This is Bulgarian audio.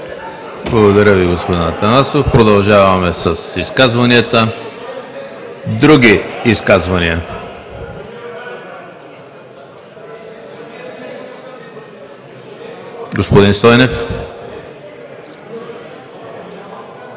Благодаря Ви, господин Атанасов. Продължаваме с изказванията. Други изказвания? Господин Стойнев.